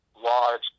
large